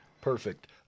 perfect